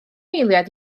eiliad